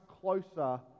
closer